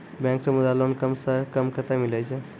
Bank से Mudra loan कम सऽ कम कतैय मिलैय छै?